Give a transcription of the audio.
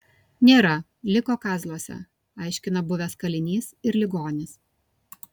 nėra liko kazluose aiškina buvęs kalinys ir ligonis